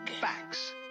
Facts